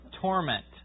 torment